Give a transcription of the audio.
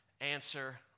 answer